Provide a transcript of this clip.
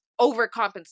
overcompensate